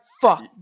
Fuck